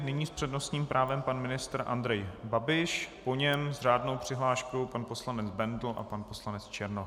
Nyní s přednostním právem pan ministr Andrej Babiš, po něm s řádnou přihláškou pan poslanec Bendl a pan poslanec Černoch.